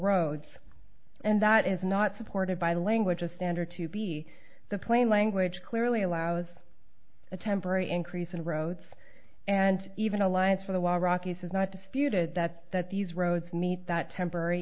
roads and that is not supported by language a standard to be the plain language clearly allows a temporary increase in roads and even alliance for the well rockies is not disputed that that these roads meet that temporary